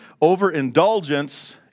overindulgence